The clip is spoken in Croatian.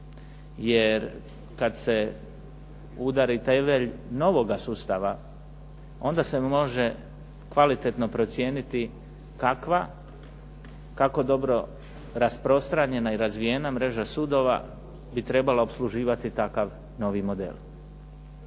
Jer kad se udari temelj novoga sustava, onda se može kvalitetno procijeniti kakva, kako dobro rasprostranjena i razvijena mreža sudova bi trebala opsluživati takav novi model.